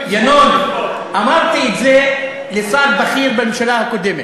ינון, אמרתי את זה לשר בכיר בממשלה הקודמת,